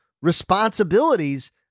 responsibilities